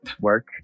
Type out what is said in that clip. work